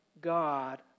God